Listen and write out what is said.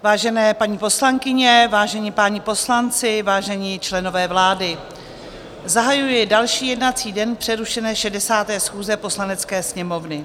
Vážené paní poslankyně, vážení páni poslanci, vážení členové vlády, zahajuji další jednací den přerušené 60. schůze Poslanecké sněmovny.